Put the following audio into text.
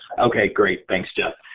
okay, great, thanks, geoff.